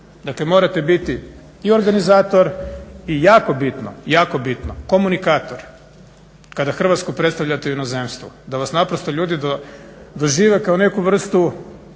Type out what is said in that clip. Dakle, morate biti i organizator i jako bitno, jako bitno komunikator kada Hrvatsku predstavljate u inozemstvu, da vas naprosto ljudi dožive kao neku vrstu